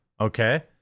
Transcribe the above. okay